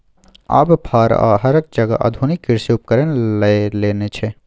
आब फार आ हरक जगह आधुनिक कृषि उपकरण लए लेने छै